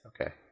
Okay